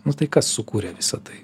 nu tai kas sukūrė visa tai